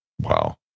Wow